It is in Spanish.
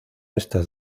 esta